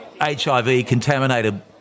HIV-contaminated